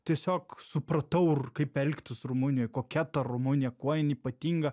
tiesiog supratau rr kaip elgtis rumunijoj kokia ta rumunija kuo jin ypatinga